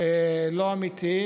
לא אמיתיים.